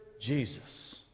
Jesus